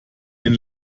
den